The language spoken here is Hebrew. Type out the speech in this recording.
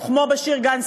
כמו בשיר גן סגור: